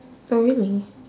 oh really